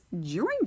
joined